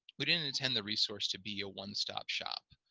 we didn't attend the resource to be a one-stop shop.